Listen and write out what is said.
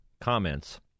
comments